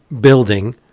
building